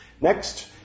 Next